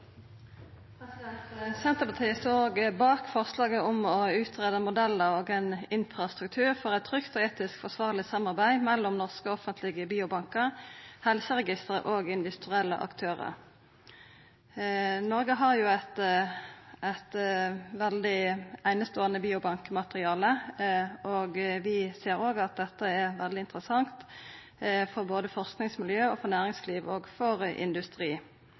Senterpartiet står òg bak forslaget om å utgreia modellar og ein infrastruktur for eit trygt og etisk forsvarleg samarbeid mellom norske offentlege biobankar, helseregistre og industrielle aktørar. Noreg har eit eineståande biobankmateriale, og vi ser at dette òg er veldig interessant for både forskingsmiljø, næringsliv og